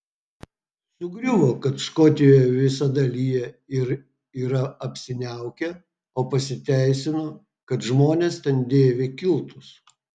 sugriuvo kad škotijoje visada lyja ir yra apsiniaukę o pasiteisino kad žmonės ten dėvi kiltus